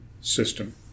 system